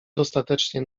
dostatecznie